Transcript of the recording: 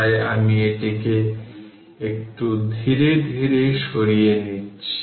তাই আমি এটিকে একটু ধীরে ধীরে সরিয়ে নিচ্ছি